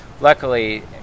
Luckily